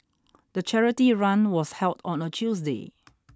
the charity run was held on a Tuesday